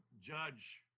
judge